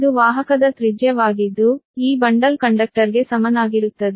ಇದು ವಾಹಕದ ತ್ರಿಜ್ಯವಾಗಿದ್ದು ಈ ಬಂಡಲ್ ಕಂಡಕ್ಟರ್ಗೆ ಸಮನಾಗಿರುತ್ತದೆ